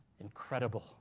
Incredible